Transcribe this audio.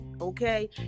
Okay